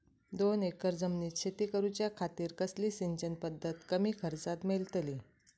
दोन एकर जमिनीत शेती करूच्या खातीर कसली सिंचन पध्दत कमी खर्चात मेलतली?